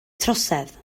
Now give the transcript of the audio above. trosedd